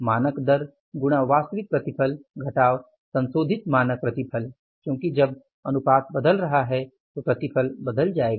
मानक दर गुणा वास्तविक प्रतिफल घटाव संशोधित मानक प्रतिफल क्योंकि जब अनुपात बदल रहा है तो प्रतिफल बदल जाएगी